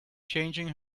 changing